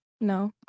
No